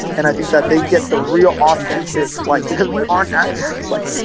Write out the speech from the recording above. and i think that they get the real authentic like, because we aren't actors. like,